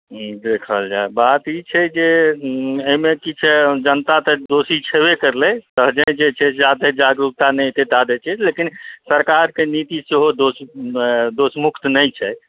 देखल जाय बात ई छै जे एहिमे की छै जनता तऽ दोषी छैबे करलै सहजहि जाबे जागरूकता नहि एतै ताबे सरकारकेँ नीति सेहो दोषमुक्त नहि छै